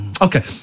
Okay